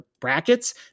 brackets